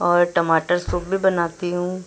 اور ٹماٹر سوپ بھی بناتی ہوں